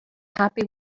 happy